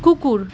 কুকুর